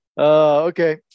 Okay